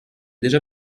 déjà